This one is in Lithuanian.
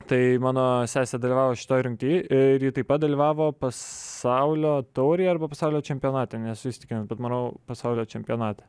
tai mano sesė dalyvavo šitoj rungty ir ji taip pat dalyvavo pasaulio taurėj arba pasaulio čempionate nesu įsitikinęs bet manau pasaulio čempionate